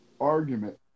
argument